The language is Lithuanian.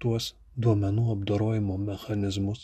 tuos duomenų apdorojimo mechanizmus